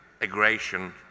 aggression